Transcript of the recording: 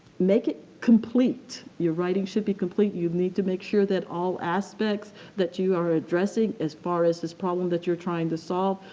make it complete. your writing should be complete you need to make sure that all aspects that you are addressing as far as this problem that you're trying to solve.